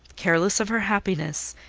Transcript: careless of her happiness,